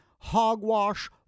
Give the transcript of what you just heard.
hogwash